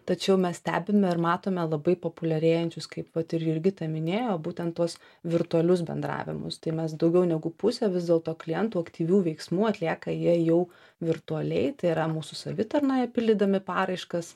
tačiau mes stebime ir matome labai populiarėjančius kaip vat ir jurgita minėjo būtent tuos virtualius bendravimus tai mes daugiau negu pusė vis dėlto klientų aktyvių veiksmų atlieka jie jau virtualiai tai yra mūsų savitarnoje pildydami paraiškas